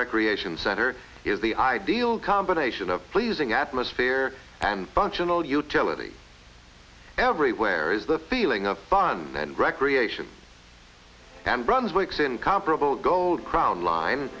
recreation center is the ideal combination of pleasing atmosphere and functional utility everywhere is the feeling of fun and recreation and brunswick's incomparable gold crown line